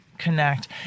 connect